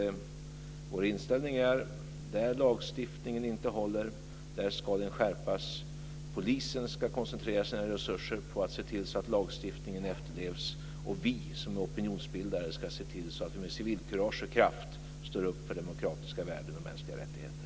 Vår inställning är alltså: Där lagstiftningen inte håller, där ska den skärpas. Polisen ska koncentrera sina resurser på att se till att lagstiftningen efterlevs. Vi som opinonsbildare ska se till att vi med civilkurage och kraft står upp för demokratiska värden och mänskliga rättigheter.